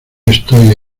estoy